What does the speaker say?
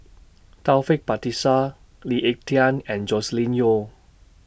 Taufik Batisah Lee Ek Tieng and Joscelin Yeo